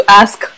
ask